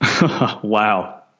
Wow